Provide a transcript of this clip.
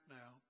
now